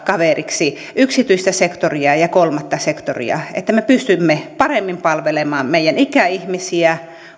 kaveriksi yksityistä sektoria ja kolmatta sektoria että me pystymme paremmin palvelemaan meidän ikäihmisiämme